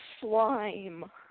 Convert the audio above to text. slime